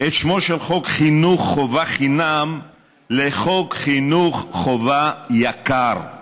את שמו של חוק חינוך חובה חינם לחוק חינוך חובה יקר.